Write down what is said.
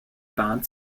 bahn